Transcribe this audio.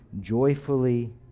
joyfully